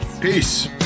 Peace